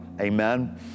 Amen